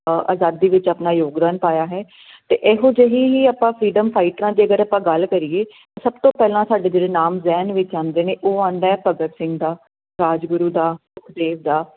ਆਜ਼ਾਦੀ ਵਿੱਚ ਆਪਣਾ ਯੋਗਦਾਨ ਪਾਇਆ ਹੈ ਤੇ ਇਹੋ ਜਿਹੇ ਹੀ ਆਪਾਂ ਫਰੀਡਮ ਫਾਈਟਰਾਂ ਜੇ ਅਗਰ ਆਪਾਂ ਗੱਲ ਕਰੀਏ ਸਭ ਤੋਂ ਪਹਿਲਾਂ ਸਾਡੇ ਜਿਹੜੇ ਨਾਮ ਜਹਿਨ ਵਿੱਚ ਆਉਂਦੇ ਨੇ ਉਹ ਆਉਂਦਾ ਭਗਤ ਸਿੰਘ ਦਾ ਰਾਜਗੁਰੂ ਦਾ ਸੁਖਦੇਵ ਦਾ